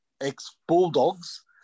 ex-Bulldogs